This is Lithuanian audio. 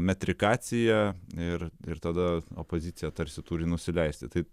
metrikaciją ir ir tada opozicija tarsi turi nusileisti taip